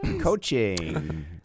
coaching